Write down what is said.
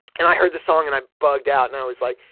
and i heard the song, and i bugged out. and i was like,